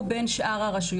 וכמה שיותר מהר.